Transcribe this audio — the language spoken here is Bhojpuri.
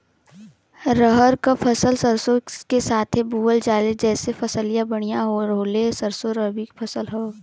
रहर क फसल सरसो के साथे बुवल जाले जैसे फसलिया बढ़िया होले सरसो रबीक फसल हवौ